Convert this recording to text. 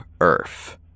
Earth